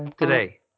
today